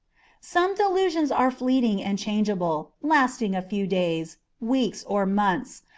some delusions are fleeting and changeable, lasting a few days, weeks, or months,